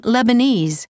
Lebanese